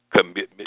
commitment